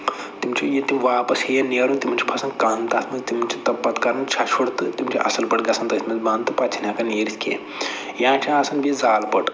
تِم چھِ ییٚتہِ واپَس ہیٚین نٮ۪رُن تِمَن چھُ پھسان کن تتھ منٛز تِمَن چھِ پَتہٕ کَران چھچھُڑ تہٕ تِم چھِ اَصٕل پٲٹھۍ گژھان تٔتھۍ منٛز بَنٛد تہٕ پَتہٕ چھِنہٕ ہٮ۪کَان نیٖرِتھ کیٚنٛہہ یا چھُ آسان بیٚیہِ زالہٕ پٔٹ